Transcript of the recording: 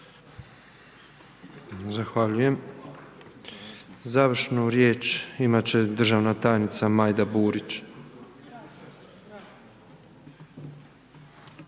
Zahvaljujem. Završnu riječ, imati će državna tajnica Majda Burić.